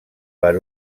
per